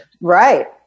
right